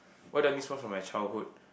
what do I miss from for my childhood